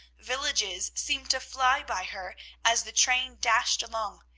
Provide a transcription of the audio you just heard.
villages, seemed to fly by her as the train dashed along.